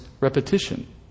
repetition